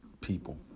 people